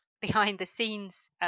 behind-the-scenes